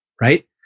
right